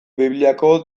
bibliako